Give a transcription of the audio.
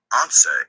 Answer